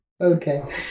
Okay